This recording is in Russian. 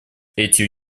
эти